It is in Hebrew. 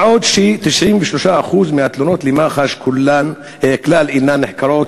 מה עוד ש-93% מהתלונות למח"ש כלל אינן נחקרות,